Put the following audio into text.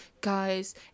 guys